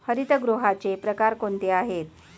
हरितगृहाचे प्रकार कोणते आहेत?